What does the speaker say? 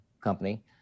company